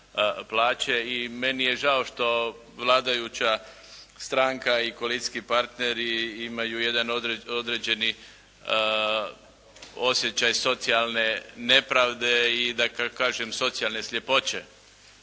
i meni je žao što vladajuća stranka i koalicijski partneri imaju jedan određeni osjećaj socijalne nepravde i da kažem socijalne sljepoće.